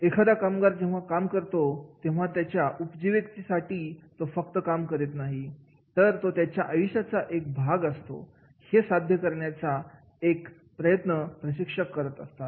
एखादा कामगार जेव्हा काम करतो तेव्हा तो त्याच्या उपजिविकेसाठी फक्त काम करत नाही तर तो त्याच्या आयुष्याचा एक भाग असतो हे साध्य करण्याचा प्रयत्न प्रशिक्षक करतात